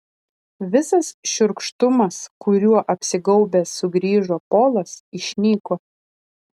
visas šiurkštumas kuriuo apsigaubęs sugrįžo polas išnyko